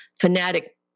fanatic